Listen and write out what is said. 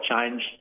change